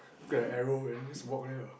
look at a arrow and just walk there lah